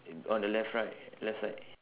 on the left right left side